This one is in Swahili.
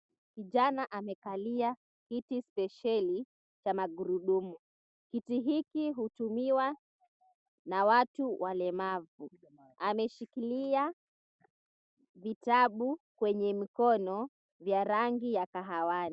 Kijana amekalia kiti spesheli cha magurudumu. Kiti hiki hutumiwa na watu walemavu. Ameshikilia vitabu kwenye mkono vya rangi ya kahawani.